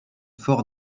fort